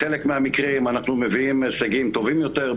בחלק מהמקרים אנחנו מביאים הישגים טובים יותר,